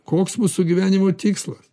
koks mūsų gyvenimo tikslas